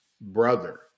brother